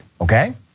okay